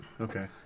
Okay